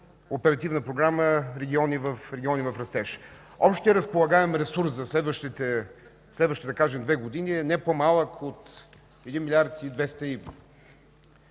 Оперативна програма „Региони в растеж”. Общият разполагаем ресурс за следващите, да кажем, две години е не по-малък от 1 млрд. 250 млн.